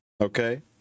okay